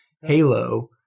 Halo